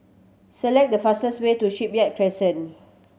select the fastest way to Shipyard Crescent